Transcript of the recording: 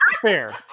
fair